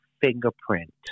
fingerprint